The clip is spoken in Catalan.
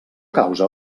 causa